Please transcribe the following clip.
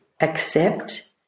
accept